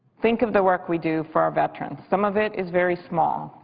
think of the work we do for our veterans. some of it is very small,